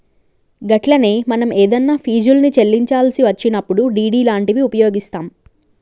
గట్లనే మనం ఏదన్నా ఫీజుల్ని చెల్లించాల్సి వచ్చినప్పుడు డి.డి లాంటివి ఉపయోగిస్తాం